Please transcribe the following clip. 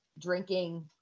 drinking